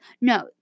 No